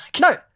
No